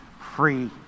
free